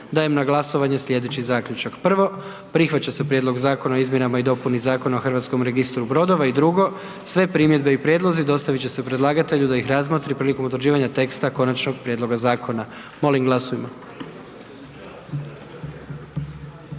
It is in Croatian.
dajem na glasovanje sljedeći zaključak: „1. Prihvaća se Prijedlog zakona o Centru za posebno skrbništvo i 2. Sve primjedbe i prijedlozi dostavit će se predlagatelju da ih razmotri prilikom utvrđivanja teksta konačnog prijedloga zakona“. Molim glasujmo.